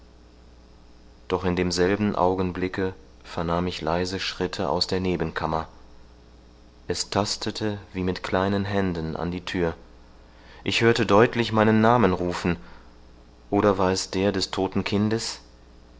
doch in demselben augenblicke vernahm ich leise schritte in der nebenkammer es tastete wie mit kleinen händen an der thür ich hörte deutlich meinen namen rufen oder war es der des todten kindes